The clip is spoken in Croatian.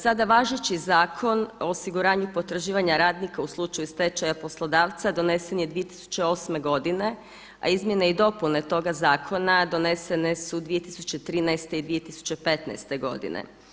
Sada važeći Zakon o osiguranju potraživanja radnika u slučaju stečaja poslodavca donesen je 2008. godine a Izmjene i dopune toga zakona donesene su 2013. i 2015. godine.